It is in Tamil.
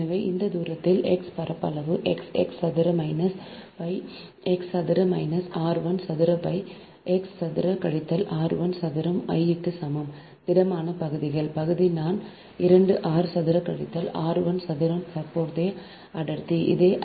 எனவே இதன் தூரத்தில் x பரப்பளவு x x சதுர மைனஸ் பை x சதுர மைனஸ் r 1 சதுர பை x சதுர கழித்தல் r 1 சதுரம் I க்கு சமம் திடமான பகுதிகள் பகுதி நான் 2 r சதுர கழித்தல் r 1 சதுர தற்போதைய அடர்த்தி அதே